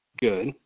good